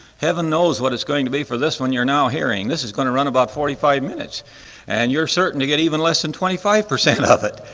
heaven knows what it's going to be for this one you're now hearing. this is going to run about forty-five minutes and you're certain to get even less than twenty-five percent of it.